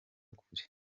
kure